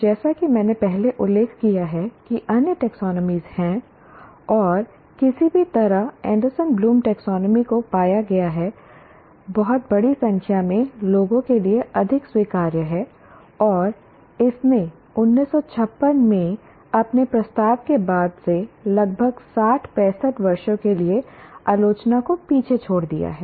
जैसा कि मैंने पहले उल्लेख किया है कि अन्य टैक्सोनॉमी हैं और किसी भी तरह Anderson Bloom taxonomy Anderson Bloom's Taxonomy को पाया गया है बहुत बड़ी संख्या में लोगों के लिए अधिक स्वीकार्य और इसने 1956 में अपने प्रस्ताव के बाद से लगभग 60 65 वर्षों के लिए आलोचना को पीछे छोड़ दिया है